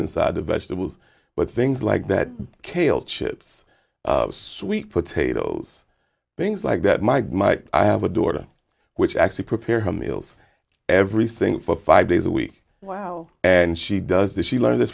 inside the vegetables but things like that kale chips sweet potatoes things like that mike might have a daughter which actually prepare her mil's everything for five days a week wow and she does this she learned this